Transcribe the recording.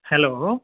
hello